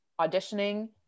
auditioning